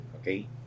okay